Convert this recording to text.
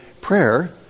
prayer